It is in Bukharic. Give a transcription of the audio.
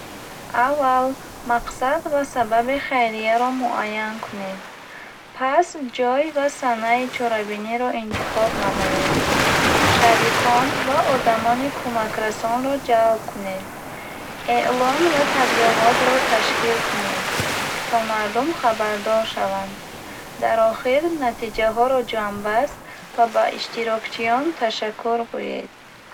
Аввал мақсад ва сабаби хайрияро муайян кунед. Пас ҷой ва санаи чорабиниро интихоб намоед. Шарикон ва одамони кӯмакрасонро ҷалб кунед. Эълон ва таблиғотро ташкил кунед, то мардум хабардор шаванд. Дар охир, натиҷаҳоро ҷамъбаст ва ба иштирокчиён ташаккур гӯед.